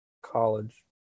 college